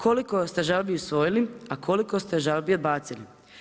Koliko ste žalbi usvojili a koliko ste žalbi odbacili?